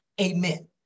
Amen